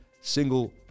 single